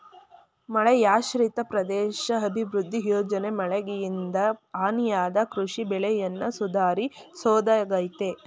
ಮಳೆಯಾಶ್ರಿತ ಪ್ರದೇಶ ಅಭಿವೃದ್ಧಿ ಯೋಜನೆ ಮಳೆಯಿಂದ ಹಾನಿಯಾದ ಕೃಷಿ ಬೆಳೆಯನ್ನ ಸುಧಾರಿಸೋದಾಗಯ್ತೆ